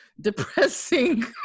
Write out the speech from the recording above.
depressing